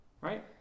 right